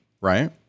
right